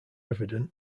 evident